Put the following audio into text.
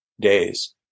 days